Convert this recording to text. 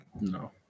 No